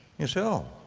you say, oh,